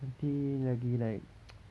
nanti lagi like